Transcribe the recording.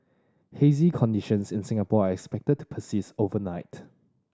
hazy conditions in Singapore are expected to persist overnight